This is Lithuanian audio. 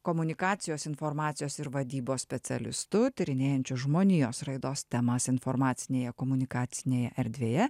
komunikacijos informacijos ir vadybos specialistu tyrinėjančiu žmonijos raidos temas informacinėje komunikacinėje erdvėje